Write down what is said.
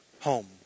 home